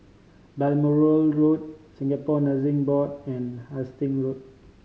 Balmoral Road Singapore Nursing Board and Hasting Road